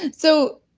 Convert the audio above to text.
so,